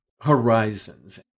horizons